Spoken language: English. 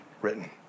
written